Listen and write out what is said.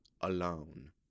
alone